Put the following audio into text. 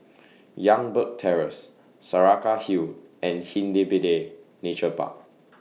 Youngberg Terrace Saraca Hill and Nature Park